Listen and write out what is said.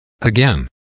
Again